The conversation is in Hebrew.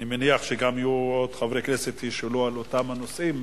אני מניח שיהיו עוד חברי כנסת שישאלו על אותם נושאים,